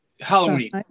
Halloween